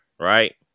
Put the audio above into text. right